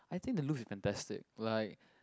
I think the loof is fantastic like